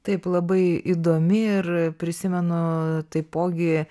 taip labai įdomi ir prisimenu taipogi